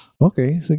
okay